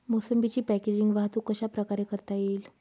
मोसंबीची पॅकेजिंग वाहतूक कशाप्रकारे करता येईल?